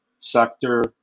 sector